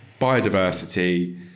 biodiversity